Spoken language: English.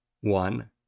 one